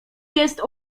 jest